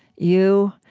you,